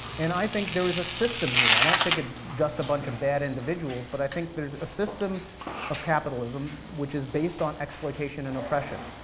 and i think there's a system here, i don't think it's just a bunch of bad individuals, but i think there's a system of capitalism, which is based on exploitation and oppression.